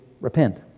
repent